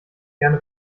gerne